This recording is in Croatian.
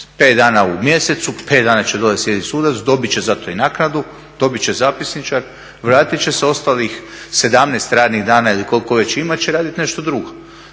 5 dana u mjesecu, 5 dana će dolje sjediti sudac, dobit će za to i naknadu, dobit će zapisničar, vratiti će se, ostalih 17 radnih dana ili koliko već ima će raditi nešto drugo.